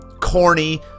corny